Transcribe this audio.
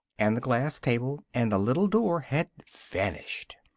and the glass table and the little door had vanished.